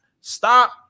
Stop